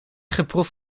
geproefd